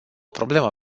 problemă